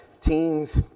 teens